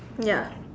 ya